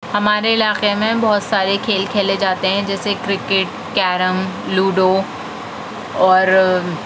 ہمارے علاقے میں بہت سارے کھیل کھیلے جاتے ہیں جیسے کرکٹ کیرم لوڈو اور